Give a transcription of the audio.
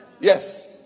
Yes